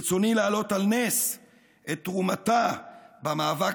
ברצוני להעלות על נס את תרומתה במאבק